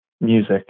music